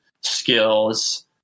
skills